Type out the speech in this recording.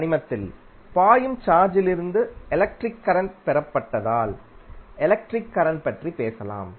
தனிமத்தில் பாயும் சார்ஜிலிருந்து electric current பெறப்பட்டதால் எலக்ட்ரிக் கரண்ட் பற்றி பேசலாம்